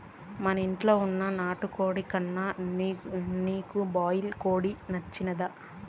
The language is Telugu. మనింట్ల వున్న నాటుకోడి కన్నా నీకు బాయిలర్ కోడి నచ్చినాదా